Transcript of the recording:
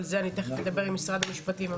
אבל זה אני תכף אדבר עם משרד המשפטים.